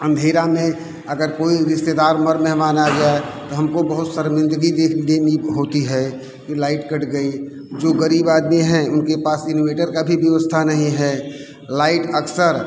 अंधेरा में अगर कोई रिश्तेदार अगर मेहमान आ गया है त हमको बहुत शर्मिंदगी होती है कि लाइट कट गई जो गरीब आदमी हैं उनके पास इनवेटर का भी व्यवस्था नहीं है लाइट अक्सर